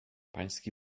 pański